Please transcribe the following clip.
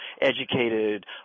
educated